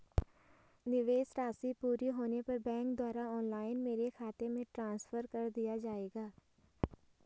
निवेश राशि पूरी होने पर बैंक द्वारा ऑनलाइन मेरे खाते में ट्रांसफर कर दिया जाएगा?